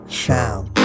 sound